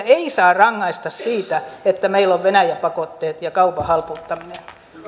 ei saa rangaista siitä että meillä on venäjä pakotteet ja kaupan halpuuttaminen